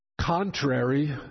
contrary